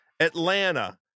Atlanta